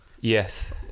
yes